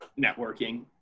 networking